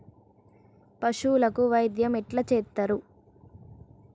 పశువులకు వైద్యం ఎట్లా చేత్తరు?